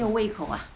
没有胃口 ah